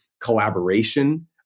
collaboration